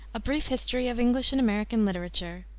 brief history of english and american literature,